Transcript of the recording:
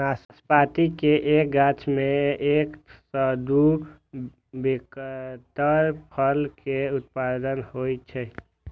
नाशपाती के एक गाछ मे एक सं दू क्विंटल फल के उत्पादन होइ छै